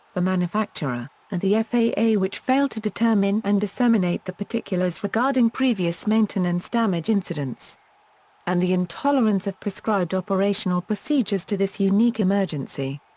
the manufacturer, and the faa which failed to determine and disseminate the particulars regarding previous maintenance damage incidents and the intolerance of prescribed operational procedures to this unique emergency.